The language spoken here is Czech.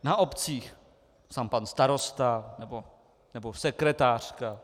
Na obcích sám pan starosta, nebo sekretářka?